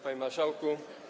Panie Marszałku!